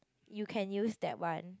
you can use that one